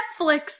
netflix